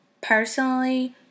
personally